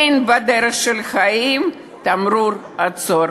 אין בדרך של החיים תמרור "עצור".